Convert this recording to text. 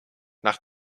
nach